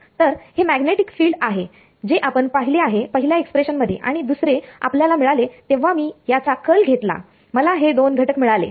तर हे magnetic field आहे जे आपण पाहिले आहे पहिल्या एक्सप्रेशन मध्ये आणि दुसरे आपल्याला मिळाले जेव्हा मी याचा कर्ल घेतला मला हे दोन घटक मिळाले